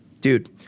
dude